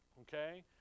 okay